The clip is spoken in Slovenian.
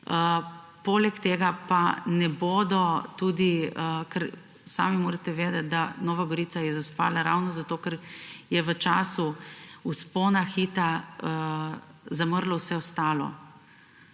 Poleg tega pa ne bodo – sami morate vedeti, da je Nova Gorica zaspala ravno zato, ker je v času vzpona Hita zamrlo vse ostalo.